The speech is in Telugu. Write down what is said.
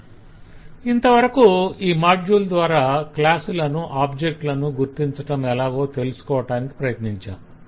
స్లయిడ్ టైం చూడండి 2756 ఇంతవరకు ఈ మాడ్యుల్ ద్వార క్లాస్ లను ఆబ్జెక్ట్ లను గుర్తించటం ఎలాగో తెలుసుకొనటానికి ప్రయత్నించాం